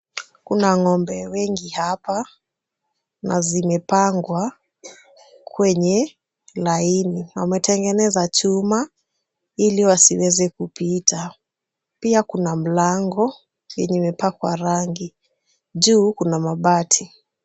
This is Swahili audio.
Kuna ng'ombe wengi hapa, na zimepangwa kwenye laini . Wametengeneza chuma ili wasiweze kupita. Pia kuna mlango yenye imepakwa rangi. Juu kuna mabati.